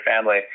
family